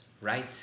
right